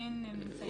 האוכלוסין נמצאים כאן?